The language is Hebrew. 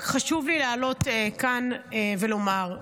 רק חשוב לי לעלות כאן ולומר,